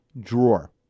drawer